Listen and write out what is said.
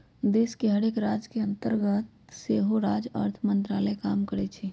देश के हरेक राज के अंतर्गत सेहो राज्य अर्थ मंत्रालय काम करइ छै